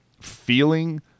feeling